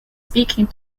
speaking